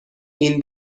این